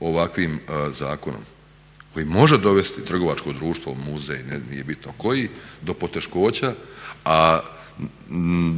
ovakvim zakonom koji može dovesti trgovačko društvo, muzej, nije bitno koji, do poteškoća, a